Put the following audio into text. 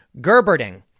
Gerberding